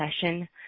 session